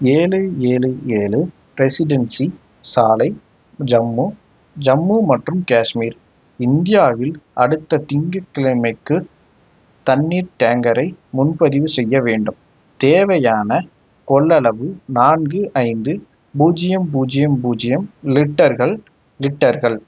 ஏழு ஏழு ஏழு ரெசிடென்சி சாலை ஜம்மு ஜம்மு மற்றும் காஷ்மீர் இந்தியாவில் அடுத்த திங்கட்கிழமைக்கு தண்ணீர் டேங்கரை முன்பதிவு செய்ய வேண்டும் தேவையான கொள்ளளவு நான்கு ஐந்து பூஜ்ஜியம் பூஜ்ஜியம் பூஜ்ஜியம் லிட்டர்கள் லிட்டர்கள்